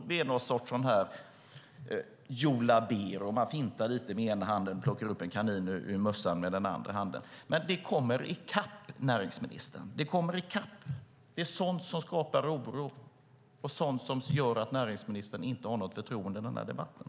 Det är att göra en Joe Labero; man fintar lite med ena handen och plockar upp en kanin ur en mössa med den andra handen. Men det kommer i kapp näringsministern. Det är sådant som skapar oro och som gör att näringsministern inte har något förtroende i debatten.